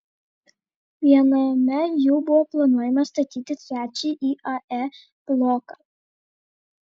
viename jų buvo planuojama statyti trečiąjį iae bloką